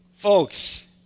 Folks